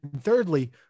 thirdly